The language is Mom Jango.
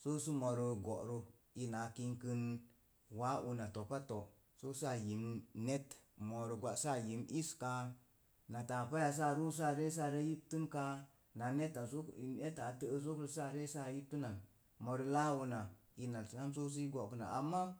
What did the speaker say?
se̱e̱ səmorə go'ro ina a king kin, waa una to̱pa to’ sə a yimn net moorə gwa sə a yimn is ka na taapa sə a ruu sə aree sə a yiptu, naa neta a te'ek zokro sə a ru sə a ree a yiptunat mooro láá una ina sam sə irə i go'kənak amma